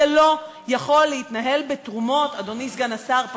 זה לא יכול להתנהל בתרומות, אדוני סגן השר.